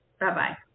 Bye-bye